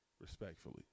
respectfully